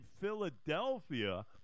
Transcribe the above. Philadelphia